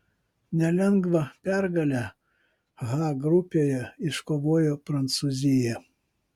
nelengvą pergalę h grupėje iškovojo prancūzija